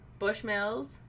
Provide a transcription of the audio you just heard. Bushmills